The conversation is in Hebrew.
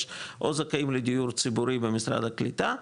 יש, או זכאים לדיור ציבורי, במשרד הקליטה,